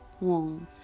wounds